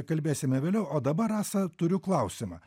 kalbėsime vėliau o dabar rasa turiu klausimą